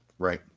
Right